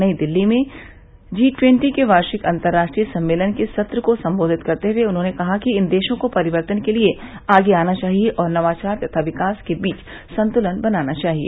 नई दिल्ली में G twenty के वार्षिक अंतर्राष्ट्रीय सम्मेलन के सत्र को संबोधित करते हुए उन्होंने कहा कि इन देशों को परिवर्तन के लिए आगे आना चाहिए और नवाचार तथा विकास के बीच संतुलन बनाना चाहिए